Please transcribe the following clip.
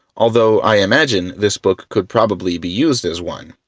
although i imagine this book could probably be used as one.